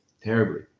terribly